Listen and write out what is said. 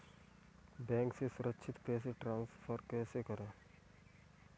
Bank से सुरक्षित पैसे ट्रांसफर कैसे करें?